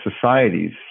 societies